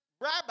rabbi